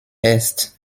erst